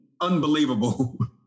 unbelievable